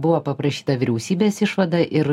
buvo paprašyta vyriausybės išvada ir